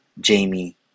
Jamie